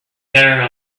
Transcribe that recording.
there